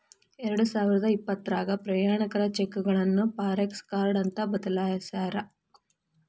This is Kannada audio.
ಎರಡಸಾವಿರದ ಇಪ್ಪತ್ರಾಗ ಪ್ರಯಾಣಿಕರ ಚೆಕ್ಗಳನ್ನ ಫಾರೆಕ್ಸ ಕಾರ್ಡ್ ಅಂತ ಬದಲಾಯ್ಸ್ಯಾರ